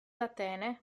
atene